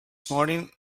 morning